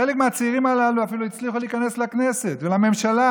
חלק מהצעירים הללו אפילו הצליחו להיכנס לכנסת ולממשלה.